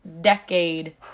decade